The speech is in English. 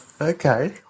Okay